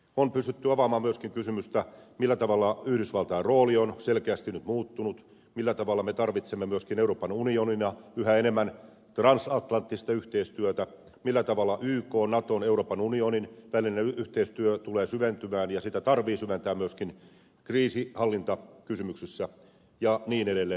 on pystytty avaamaan myöskin kysymystä millä tavalla yhdysvaltain rooli on selkeästi nyt muuttunut millä tavalla me tarvitsemme myöskin euroopan unionina yhä enemmän transatlanttista yhteistyötä millä tavalla ykn naton euroopan unionin välinen yhteistyö tulee syventymään ja sitä tarvitsee syventää myöskin kriisinhallintakysymyksissä ja niin edelleen